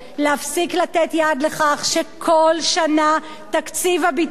להפסיק לתת יד לכך שכל שנה תקציב הביטחון